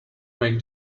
make